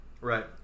Right